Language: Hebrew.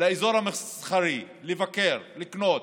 לאזור המסחרי, לבקר, לקנות.